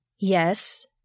Yes